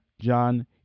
John